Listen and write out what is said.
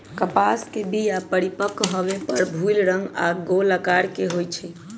कपास के बीया परिपक्व होय पर भूइल रंग आऽ गोल अकार के होइ छइ